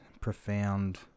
profound